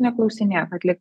neklausinėk atlik